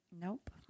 Nope